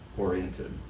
Oriented